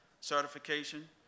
certification